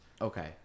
Okay